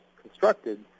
constructed